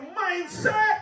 mindset